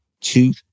two